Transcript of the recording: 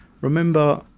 Remember